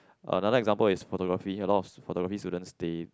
another example is photography a lot of photography students they